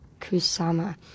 Kusama